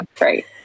Right